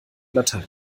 latein